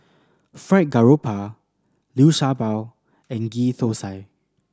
Fried Garoupa Liu Sha Bao and Ghee Thosai